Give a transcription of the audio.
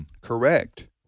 correct